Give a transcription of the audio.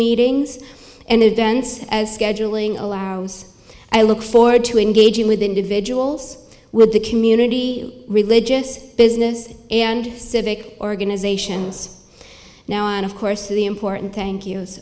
meetings and events as scheduling allows i look forward to engaging with individuals with the community religious business and civic organizations now and of course the important thank